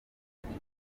nibyo